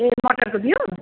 ए मटरको बिउ